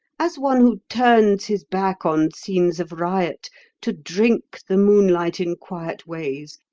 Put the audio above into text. as one who turns his back on scenes of riot to drink the moonlight in quiet ways,